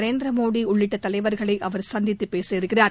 நரேந்திர மோடி உள்ளிட்ட தலைவர்களை அவர் சந்தித்து பேச இருக்கிறார்